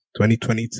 2022